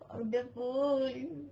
powderful